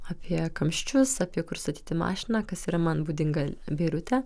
apie kamščius apie kur statyti mašiną kas yra man būdinga beirute